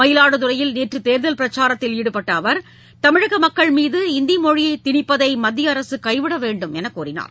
மயிலாடுதுறையில் நேற்று தேர்தல் பிரச்சாரத்தில் ஈடுபட்ட அவர் தமிழக மக்கள் மீது ஹிந்தி மொழியை திணிப்பதை மத்திய அரசு கைவிட வேண்டும் என்று கூறினார்